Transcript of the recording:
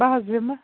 بہٕ حظ یِمہٕ